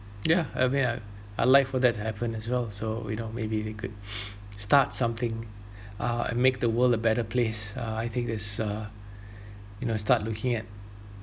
yeah I mean I I like for that to happen as well so we don't maybe we could start something uh and make the world a better place uh I think there's uh you know start looking at